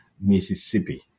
Mississippi